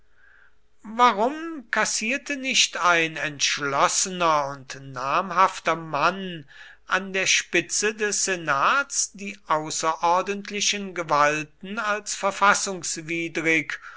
warum kassierte nicht ein entschlossener und namhafter mann an der spitze des senats die außerordentlichen gewalten als verfassungswidrig